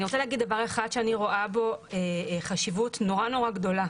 אני רוצה להגיד דבר אחד שאני רואה בו חשיבות נורא גדולה.